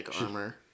armor